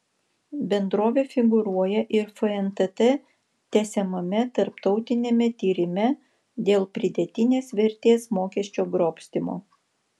bendrovė figūruoja ir fntt tęsiamame tarptautiniame tyrime dėl pridėtinės vertės mokesčio grobstymo